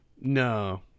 No